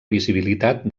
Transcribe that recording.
visibilitat